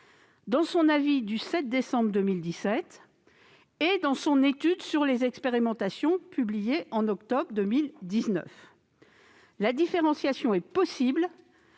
dans son avis du 7 décembre 2017, et dans son étude sur les expérimentations, publiée en octobre 2019 : la différenciation est possible